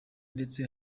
ndetse